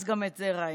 אז גם את זה ראינו.